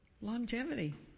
longevity